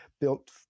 built